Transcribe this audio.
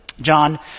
John